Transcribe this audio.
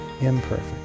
imperfect